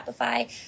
Shopify